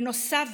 בנוסף,